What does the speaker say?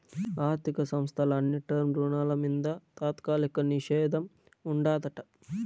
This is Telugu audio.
ఆర్థిక సంస్థల అన్ని టర్మ్ రుణాల మింద తాత్కాలిక నిషేధం ఉండాదట